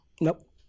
Nope